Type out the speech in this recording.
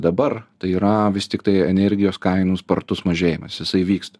dabar tai yra vis tiktai energijos kainų spartus mažėjimas jisai vyksta